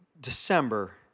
December